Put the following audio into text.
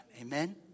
Amen